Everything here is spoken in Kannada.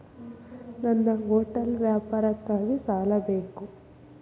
ನನ್ನ ಹೋಟೆಲ್ ವ್ಯಾಪಾರಕ್ಕಾಗಿ ಸಾಲ ಬೇಕು